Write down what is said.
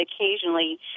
occasionally